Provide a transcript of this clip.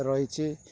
ରହିଛି